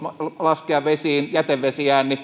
laskea vesiin jätevesiään